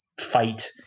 fight